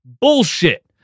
bullshit